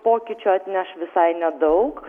pokyčių atneš visai nedaug